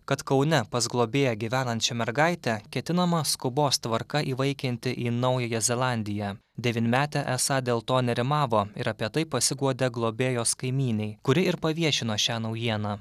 kad kaune pas globėją gyvenančią mergaitę ketinama skubos tvarka įvaikinti į naująją zelandiją devynmetė esą dėl to nerimavo ir apie tai pasiguodė globėjos kaimynei kuri ir paviešino šią naujieną